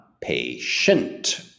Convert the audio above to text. patient